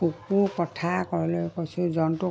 কুকুৰ কথা ক'লে কৈছো জন্তু